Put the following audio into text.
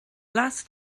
last